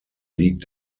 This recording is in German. liegt